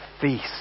feast